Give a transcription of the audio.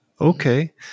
Okay